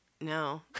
No